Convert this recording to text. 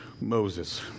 Moses